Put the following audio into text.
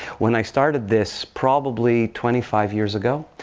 when i started this, probably twenty five years ago,